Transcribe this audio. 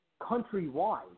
countrywide